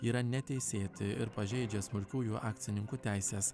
yra neteisėti ir pažeidžia smulkiųjų akcininkų teises